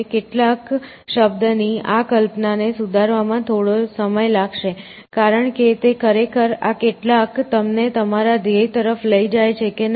કેટલાક શબ્દની આ કલ્પનાને સુધારવામાં થોડો સમય લાગશે કારણ કે તે ખરેખર આ કેટલાક તમને તમારા ધ્યેય તરફ લઇ જાય છે કે નહીં